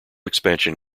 expansion